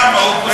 למה?